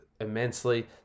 immensely